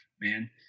man